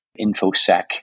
InfoSec